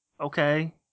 okay